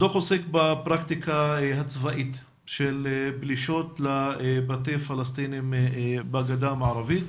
הדוח עוסק בפרקטיקה הצבאית של פלישות לבתי פלסטינים בגדה המערבית